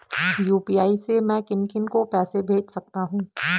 UPI से मैं किन किन को पैसे भेज सकता हूँ?